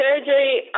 surgery